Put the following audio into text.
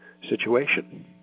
situation